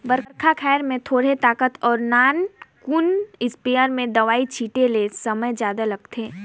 बड़खा खायर में थोरहें ताकत अउ नानकुन इस्पेयर में दवई छिटे ले समे जादा लागथे